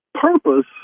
purpose